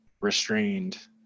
restrained